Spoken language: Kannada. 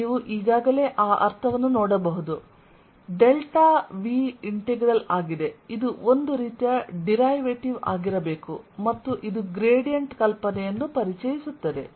ನೀವು ಈಗಾಗಲೇ ಆ ಅರ್ಥವನ್ನು ನೋಡಬಹುದು ಡೆಲ್ಟಾ V ಇಂಟೆಗ್ರಲ್ ಆಗಿದೆ ಇದು ಒಂದು ರೀತಿಯ ಡಿರೈವೇಟಿವ್ ಆಗಿರಬೇಕು ಮತ್ತು ಇದು ಗ್ರೇಡಿಯಂಟ್ ಕಲ್ಪನೆಯನ್ನು ಪರಿಚಯಿಸುತ್ತದೆ